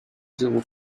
zéro